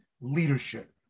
leadership